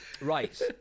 right